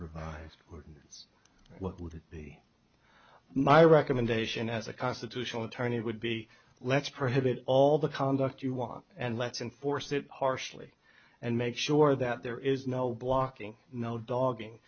what would it be my recommendation as a constitutional attorney would be let's prohibit all the conduct you want and let's enforce it harshly and make sure that there is no blocking no dogging